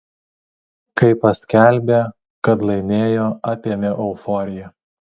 kai paskelbė kad laimėjo apėmė euforija